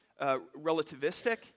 relativistic